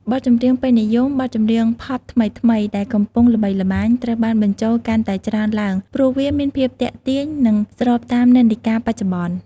បទចម្រៀងពេញនិយម បទចម្រៀង ផប់ថ្មីៗដែលកំពុងល្បីល្បាញត្រូវបានបញ្ចូលកាន់តែច្រើនឡើង ព្រោះវាមានភាពទាក់ទាញ និងស្របតាមនិន្នាការបច្ចុប្បន្ន។